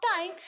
time